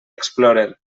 explorer